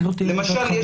למשל,